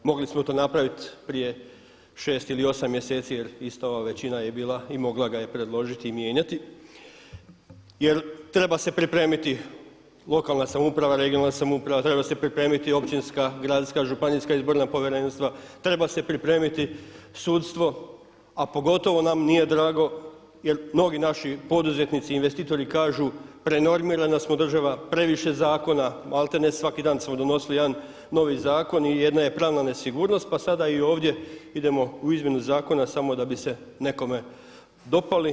Mogli smo to napraviti prije 6 ili 8 mjeseci jer ista ova većina je bila i mogla ga je predložiti i mijenjati jer treba se pripremiti lokalna samouprava, regionalna samouprava, treba se pripremiti općinska, gradska, županijska izborna povjerenstva, treba se pripremiti sudstvo a pogotovo nam nije drago jer mnogi naši poduzetnici, investitori kažu prenormirana smo država, previše zakona, malte ne svaki dan smo donosili jedan novi zakon i jedna je pravna nesigurnost, pa sada i ovdje idemo u izmjenu zakona samo da bi se nekome dopali.